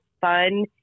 fun